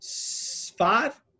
five